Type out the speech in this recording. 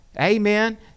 Amen